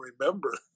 remember